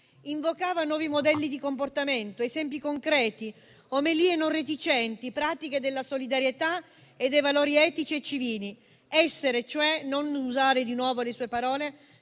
Invocava nuovi modelli di comportamento, esempi concreti, omelie non reticenti, pratiche della solidarietà e dei valori etici e civili; essere, cioè - per usare di nuovo le sue parole